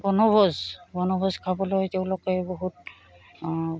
বনভোজ বনভোজ খাবলৈ তেওঁলোকে বহুত